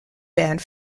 banned